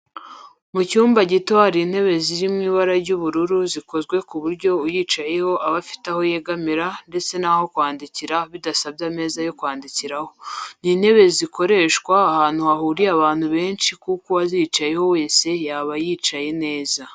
Mu cyumba gito hari intebe ziri mu ibara ry'ubururu zikozwe ku buryo uyicayeho aba afite aho yegamira ndetse n'aho kwandikira bidasabye ameza yandi yo kwandikiraho. Ni intebe zakoreshwa ahantu hahuriye abantu benshi kuko uwayicaraho wese yaba yicaye neza